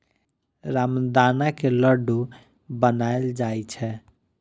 रामदाना के लड्डू बनाएल जाइ छै